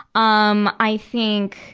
um i think,